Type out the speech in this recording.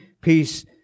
peace